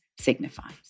signifies